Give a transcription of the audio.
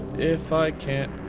if i can't,